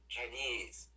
Chinese